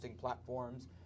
platforms